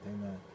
Amen